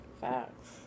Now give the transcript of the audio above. Facts